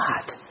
God